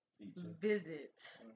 Visit